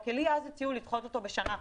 אז הציעו לי לדחות את האירוע בשנה.